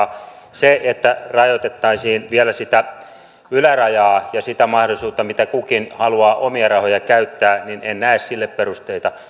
sille että rajoitettaisiin vielä sitä ylärajaa ja sitä mahdollisuutta miten kukin haluaa omia rahoja käyttää en näe perusteita